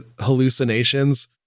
hallucinations